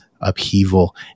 upheaval